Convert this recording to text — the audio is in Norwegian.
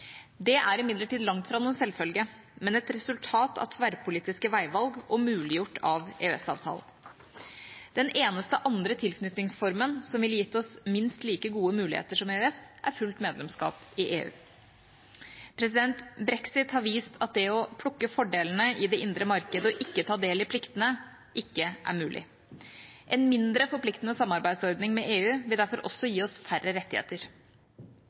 Det er imidlertid langt fra noen selvfølge, men et resultat av tverrpolitiske veivalg og muliggjort av EØS-avtalen. Den eneste andre tilknytningsformen som ville gitt oss minst like gode muligheter som EØS, er fullt medlemskap i EU. Brexit har vist at det å plukke fordelene i det indre marked og ikke ta del i pliktene ikke er mulig. En mindre forpliktende samarbeidsordning med EU vil derfor også gi oss færre rettigheter.